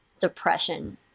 Depression